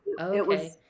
Okay